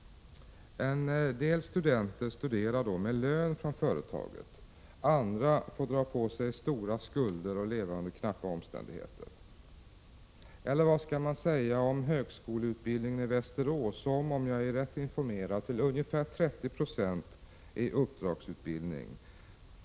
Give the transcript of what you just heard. En del studenter studerar med lön från läggande högskoleutbildningen gemensamma frågor företaget, andra får dra på sig stora skulder och leva under knappa omständigheter. Eller vad skall man säga om högskoleutbildningen i Västerås som, om jag är rätt informerad, till ungefär 30 26 är uppdragsutbildning?